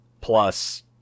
Plus